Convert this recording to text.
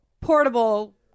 portable